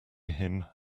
him